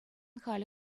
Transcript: халӗ